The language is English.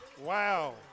Wow